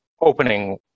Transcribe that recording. opening